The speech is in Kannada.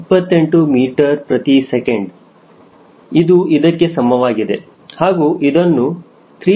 ವಿದ್ಯಾರ್ಥಿ 28 28 ms ಇದು ಇದಕ್ಕೆ ಸಮವಾಗಿದೆ ಹಾಗೂ ಇದನ್ನು 3